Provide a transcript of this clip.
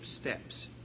steps